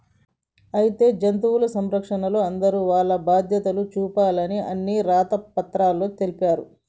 అయితే జంతు సంరక్షణలో అందరూ వాల్ల బాధ్యతలు చూపాలి అని రాత పత్రంలో తెలిపారు